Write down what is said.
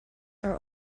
are